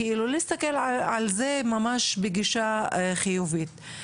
להסתכל על זה ממש בגישה חיובית.